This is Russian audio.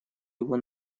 его